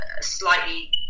slightly